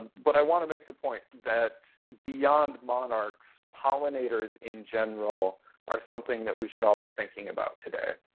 but i want to make the point that beyond monarchs, pollinators in general are something that we should all be thinking about today.